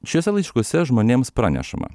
šiuose laiškuose žmonėms pranešama